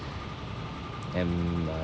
and uh